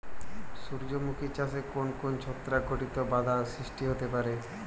সূর্যমুখী চাষে কোন কোন ছত্রাক ঘটিত বাধা সৃষ্টি হতে পারে?